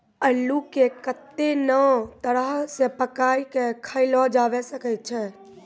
अल्लू के कत्ते नै तरह से पकाय कय खायलो जावै सकै छै